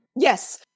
Yes